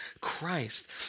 Christ